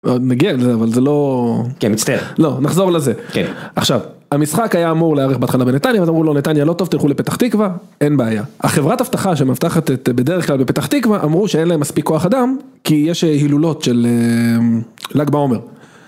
נגיע לזה, אבל זה לא... כן, מצטער. לא, נחזור לזה. כן. עכשיו, המשחק היה אמור להערך בהתחלה בנתניה, ואז אמרו לו, נתניה, לא טוב, תלכו לפתח תקווה, אין בעיה. החברת אבטחה שמאבטחת את, בדרך כלל, בפתח תקווה, אמרו שאין להם מספיק כוח אדם, כי יש הילולות של... לג בעומר.